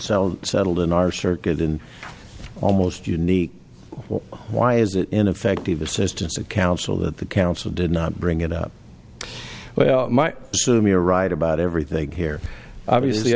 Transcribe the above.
sell settled in our circuit in almost unique why is it ineffective assistance of counsel that the council did not bring it up well assume you're right about everything here obviously